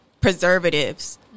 Preservatives